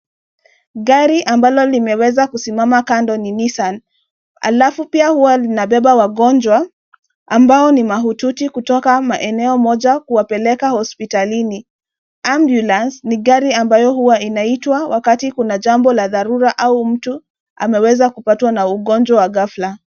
Gari ambalo limeweza kusimama kando ni Nissan, alafu pia huwa linabeba wagonjwa ambao ni mahututi kutoka maeneo moja kuwapeleka hospitalini. Ambulance ni gari ambayo huwa inaitwa wakati kuna jambo la dharura au mtu ameweza kupatwa na ugonjwa wa ghafla.